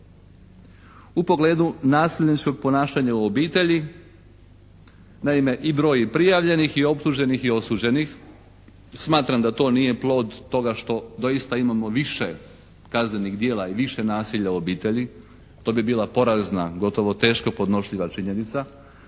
u pogledu nasilničkog ponašanja u obitelji. Naime i broj prijavljenih i optuženih i osuđenih smatram da to nije plod toga što doista imamo više kaznenih djela i više nasilja u obitelji, to bi bila porazna, gotovo teško podnošljiva činjenica